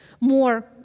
more